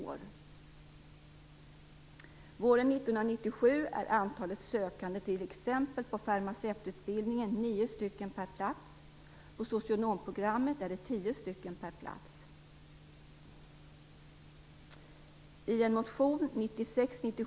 Våren 1997 är antalet sökande t.ex. på farmaceututbildningen nio per plats. På socionomprogrammet är det tio per plats.